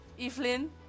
Evelyn